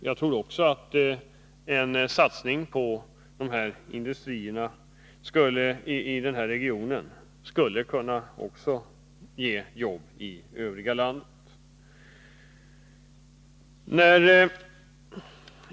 Jag tror att en satsning på dessa industrier i regionen också skulle kunna ge jobb i det övriga landet.